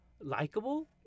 likeable